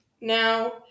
Now